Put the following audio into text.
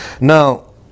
Now